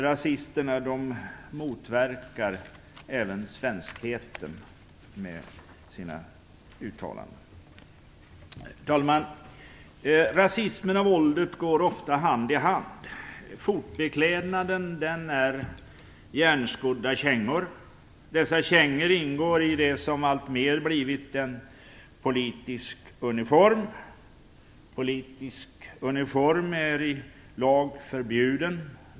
Rasisterna motverkar även svenskheten med sina uttalanden. Herr talman! Rasismen och våldet går ofta hand i hand. Fotbeklädnaden är järnskodda kängor. Dessa kängor ingår i det som alltmer blivit en politisk uniform. Politisk uniform är i lag förbjuden.